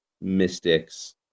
mystics